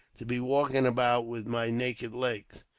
to be walking about with my naked legs.